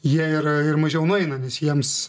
jie yra ir mažiau nueina nes jiems